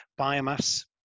biomass